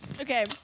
Okay